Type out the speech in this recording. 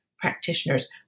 practitioners